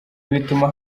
bituma